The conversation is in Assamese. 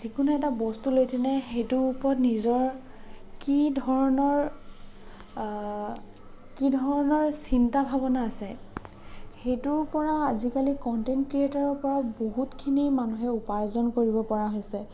যিকোনো এটা বস্তু লৈ পিনে সেইটোৰ ওপৰত নিজৰ কি ধৰণৰ কি ধৰণৰ চিন্তা ভাৱনা আছে সেইটোৰ পৰা আজিকালি কনটেণ্ট ক্ৰিয়েটৰৰ পৰা বহুত খিনি মানুহে উপাৰ্জন কৰিব পৰা হৈছে